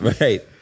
right